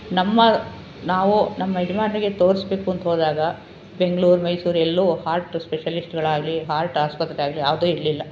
ನಮ್ಮ ನಾವು ನಮ್ಮ ಯಜಮಾನರಿಗೆ ತೋರಿಸ್ಬೇಕು ಅಂತ ಹೋದಾಗ ಬೆಂಗ್ಳೂರು ಮೈಸೂರು ಎಲ್ಲೂ ಹಾರ್ಟ್ ಸ್ಪೆಷಲಿಸ್ಟ್ಗಳಾಗಲಿ ಹಾರ್ಟ್ ಆಸ್ಪತ್ರೆಯಾಗಲಿ ಯಾವುದೂ ಇರಲಿಲ್ಲ